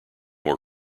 more